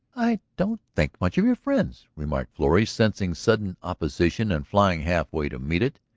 i don't think much of your friends, remarked florrie, sensing sudden opposition and flying half-way to meet it.